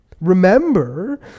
Remember